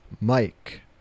Mike